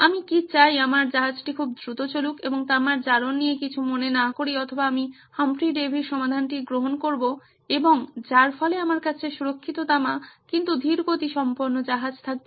আমি কি চাই আমার জাহাজটি খুব দ্রুত চলুক এবং তামার জারণ নিয়ে কিছু মনে না করি অথবা আমি হামফ্রি ডেভির সমাধানটি গ্রহণ করবো এবং যার ফলে আমার কাছে সুরক্ষিত তামা কিন্তু ধীরগতিসম্পন্ন জাহাজ থাকবে